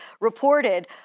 reported